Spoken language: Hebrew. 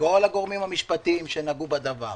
וכל הגורמים המשפטיים שנגעו בדבר